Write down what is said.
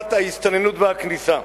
במניעת ההסתננות והכניסה,